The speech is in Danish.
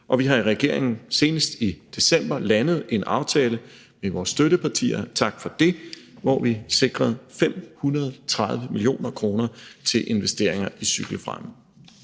og vi har i regeringen senest i december landet en aftale med vores støttepartier – tak for det – hvor vi sikrede 530 mio. kr. til investeringer i cykelfremme.